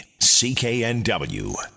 CKNW